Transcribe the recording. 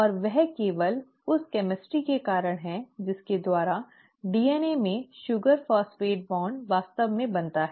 और वह केवल उस रसायन विज्ञान के कारण है जिसके द्वारा DNA में शुगर फास्फेट बॉन्ड वास्तव में बनता है